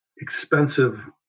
expensive